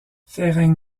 ferenc